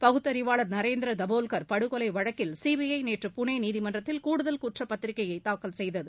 பகுத்தறிவாளர் நரேந்திர தபோல்கர் படுகொலை வழக்கில் சிபிஐ நேற்று புனே நீதிமன்றத்தில் கூடுதல் குற்றப்பத்திரிகையை தாக்கல் செய்தது